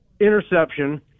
interception